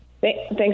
Thanks